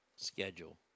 Schedule